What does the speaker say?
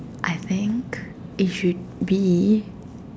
I think it should be